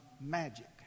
magic